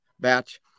batch